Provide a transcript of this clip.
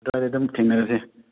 ꯑꯗꯨꯋꯥꯏꯗ ꯑꯗꯨꯝ ꯊꯦꯡꯅꯔꯁꯤ